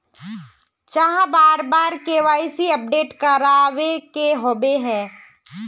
चाँह बार बार के.वाई.सी अपडेट करावे के होबे है?